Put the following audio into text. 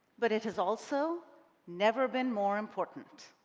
but it has also never been more important.